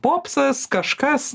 popsas kažkas